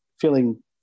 feeling